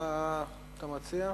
מה אתה מציע?